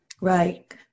Right